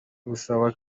busaba